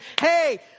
hey